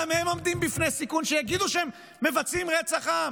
גם הם עומדים בפני סיכון שיגידו שהם מבצעים רצח עם,